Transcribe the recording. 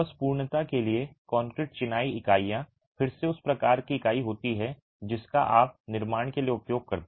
बस पूर्णता के लिए कंक्रीट चिनाई इकाइयां फिर से उस प्रकार की इकाई होती हैं जिसका आप निर्माण के लिए उपयोग करते हैं